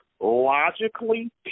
logically